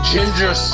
Ginger